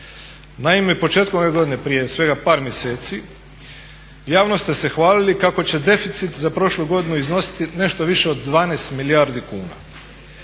Naime, početkom ove godine prije svega par mjeseci javno ste se hvalili kako će deficit za prošlu godinu iznositi nešto više od 12 milijardi kuna,